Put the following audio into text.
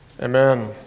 Amen